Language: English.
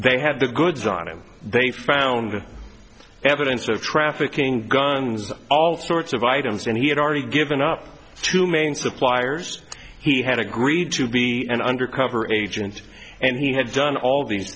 they had the goods on him they found evidence of trafficking guns all sorts of items and he had already given up to main suppliers he had agreed to be an undercover agent and he had done all these